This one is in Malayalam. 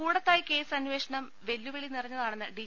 കൂടത്തായി കേസ് അന്വേഷണം വെല്ലുവിളി നിറഞ്ഞതാണെന്ന് ഡി